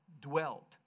dwelt